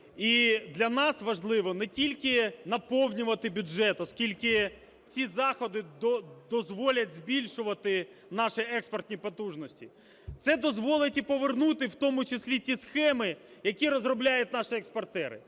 І для нас важливо не тільки наповнювати бюджет, оскільки ці заходи дозволять збільшувати наші експортні потужності, це дозволить і повернути в тому числі ті схеми, які розробляють наші експортери.